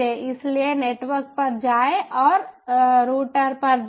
इसलिए नेटवर्क पर जाएं और राउटर पर जाएं